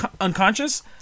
unconscious